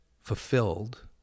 fulfilled